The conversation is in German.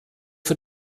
für